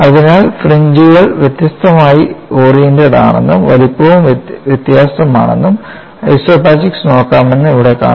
അതിനാൽ ഫ്രിഞ്ച്കൾ വ്യത്യസ്തമായി ഓറിയന്റഡ് ആണെന്നും വലുപ്പവും വ്യത്യസ്തമാണെന്നും ഐസോപാച്ചിക്സ് നോക്കാമെന്നും ഇവിടെ കാണാം